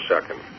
second